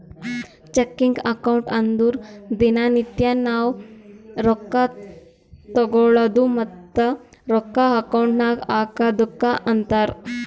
checking account ಅಂದುರ್ ದಿನಾ ನಿತ್ಯಾ ನಾವ್ ರೊಕ್ಕಾ ತಗೊಳದು ಮತ್ತ ರೊಕ್ಕಾ ಅಕೌಂಟ್ ನಾಗ್ ಹಾಕದುಕ್ಕ ಅಂತಾರ್